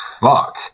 fuck